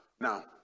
now